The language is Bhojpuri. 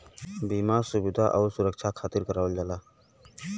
बीमा सुविधा आउर सुरक्छा के खातिर करावल जाला